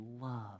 love